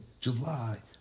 July